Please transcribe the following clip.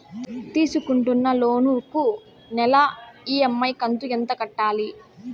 తీసుకుంటున్న లోను కు నెల ఇ.ఎం.ఐ కంతు ఎంత కట్టాలి?